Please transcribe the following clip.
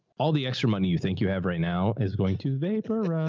all the extra money you think you have right now is going to vapor.